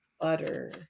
butter